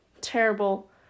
terrible